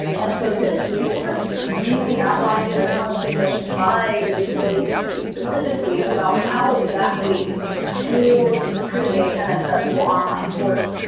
and so this resource really outlines a ton of suggestions by the disability community specifically about how exactly to create an accessible online course.